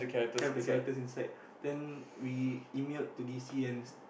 have the characters inside then we emailed to d_c and